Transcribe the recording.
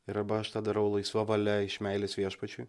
ir arba aš tą darau laisva valia iš meilės viešpačiui